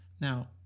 Now